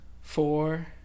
Four